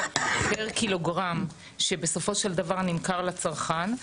פר קילוגרם שבסופו של דבר נמכר לצרכן.